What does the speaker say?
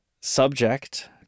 subject